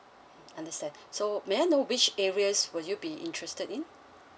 understand so may I know which areas will you be interested in